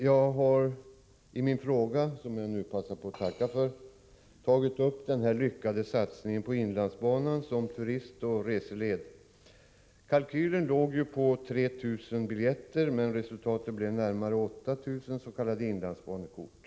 Herr talman! Jag tackar för svaret på min fråga. I frågan har jag tagit upp den lyckade satsningen på inlandsbanan som turistoch reseled. Kalkylen låg på 3 000 biljetter, men resultatet blev närmare 8 000 s.k. inlandsbanekort.